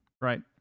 right